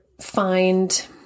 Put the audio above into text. find